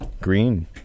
Green